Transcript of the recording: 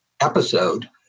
episode